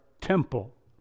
temple